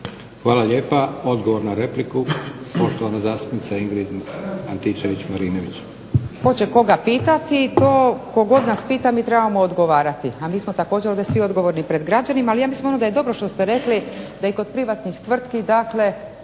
Hvala lijepa. Odgovor na repliku, poštovana zastupnica Ingrid Antičević-Marinović.